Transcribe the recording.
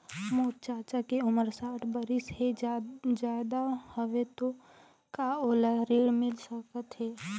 मोर चाचा के उमर साठ बरिस से ज्यादा हवे तो का ओला ऋण मिल सकत हे?